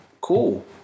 Cool